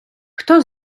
хто